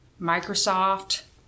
Microsoft